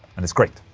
and it's great